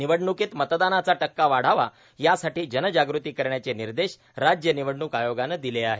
निवडण्कीत मतदानाचा टक्का वाढावा यासाठी जनजागृती करण्याचे निर्देश राज्य निवडणूक आयोगानं दिले आहेत